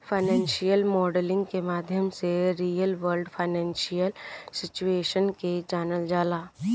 financial modelling के माध्यम से रियल वर्ल्ड फाइनेंशियल सिचुएशन के जानल जाला